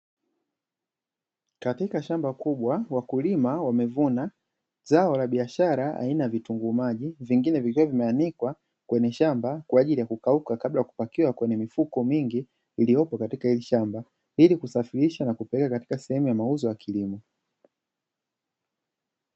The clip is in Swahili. Katika shamba kubwa, wakulima wamevuna zao la biashara aina ya vitungu maji, vingine vikiwa vimeanikwa kwenye shamba kwa ajili ya kukauka kabla ya kupakiwa kwenye mifuko mingi iliyopo katika hili shamba, ili kusafirisha na kupeleka katika sehem za mauzo ya kilimo.